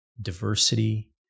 diversity